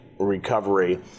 recovery